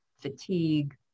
fatigue